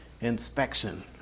Inspection